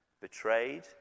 betrayed